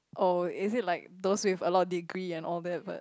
oh is it like those with a lot of degree and all that but